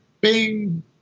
bing